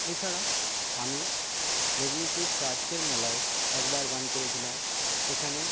এছাড়া আমি মেদিনীপুর চার্চের মেলায় একবার গান করেছিলাম সেখানে